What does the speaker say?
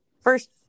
first